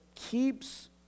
keeps